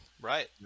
Right